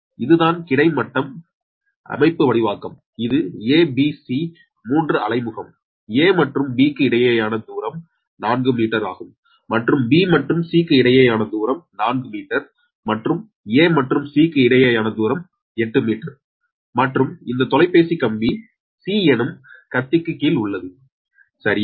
எனவே இதுதான் கிடைமட்ட அமைப்புவடிவாக்கம் இது a b c 3 அலைமுகம் a மற்றும் b க்கு இடையேயான தூரம் 4 மீட்டர் ஆகும் மற்றும் b மற்றும் c க்கு இடையேயான தூரம் 4 மீட்டர் மற்றும் a மற்றும் c க்கு இடையேயான தூரம் 8 மீட்டர் மற்றும் இந்த தொலைபேசி கம்பி c எனும் கடத்திக்கு கீழ் உள்ளது சரியா